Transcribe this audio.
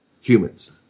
humans